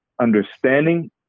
understanding